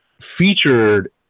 featured